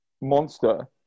Monster